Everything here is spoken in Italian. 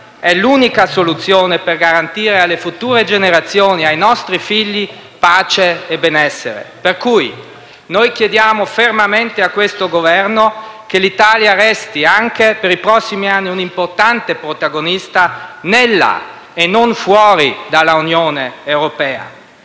l'unica soluzione per garantire alle future generazioni e ai nostri figli pace e benessere. Per cui noi chiediamo fermamente a questo Governo che l'Italia resti, anche per i prossimi anni, un'importante protagonista nella e non fuori dall'Unione europea.